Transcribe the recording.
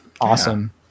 awesome